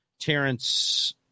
Terrence